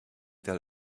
that